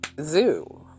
zoo